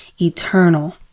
eternal